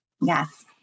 Yes